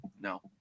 No